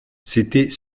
c’était